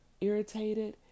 irritated